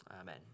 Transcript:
Amen